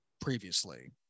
previously